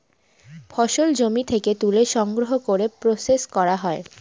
ফসল জমি থেকে তুলে সংগ্রহ করে প্রসেস করা হয়